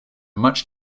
much